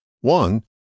One